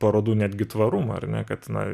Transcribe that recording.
parodų netgi tvarumą ar ne kad na